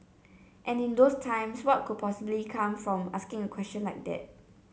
and in those times what could possibly come from asking a question like that